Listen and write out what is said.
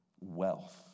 wealth